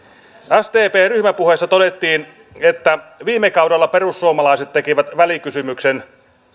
sdpn ryhmäpuheessa todettiin että viime kaudella perussuomalaiset tekivät välikysymyksen